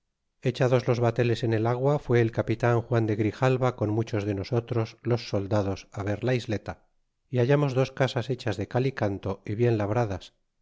echados los bateles en el agua fijé el capitan juan de grijalva con muchos de nosotros los soldados ver la isleta y hallamos dos casas hechas de cal y canto y bien labradas